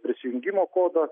prisijungimo kodą